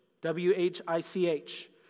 W-H-I-C-H